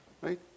Right